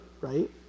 right